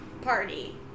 party